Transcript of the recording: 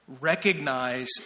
Recognize